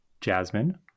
jasmine